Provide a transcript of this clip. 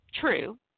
True